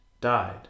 died